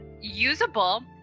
usable